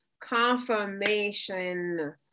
confirmation